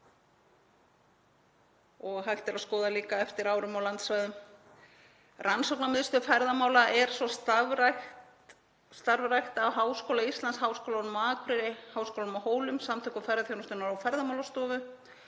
og hægt er að skoða líka eftir árum og landsvæðum. Rannsóknarmiðstöð ferðamála er svo starfrækt af Háskóla Íslands, Háskólanum á Akureyri, Háskólanum á Hólum, Samtökum ferðaþjónustunnar og Ferðamálastofu